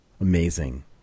amazing